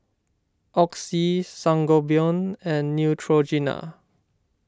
Oxy Sangobion and Neutrogena